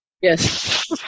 Yes